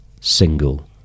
single